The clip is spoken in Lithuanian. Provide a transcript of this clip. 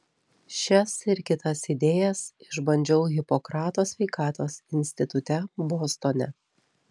šias ir kitas idėjas išbandžiau hipokrato sveikatos institute bostone